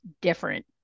different